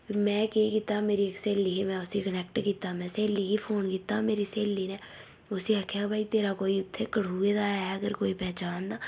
में केह् कीता मेरी इक स्हेली ही में उसी कोनैक्ट कीता में स्हेली गी फोन कीता मेरी स्हेली ने उसी आखेआ भाई तेरा कोई उत्थें कठुए दे ऐ अगर कोई पैह्चान दा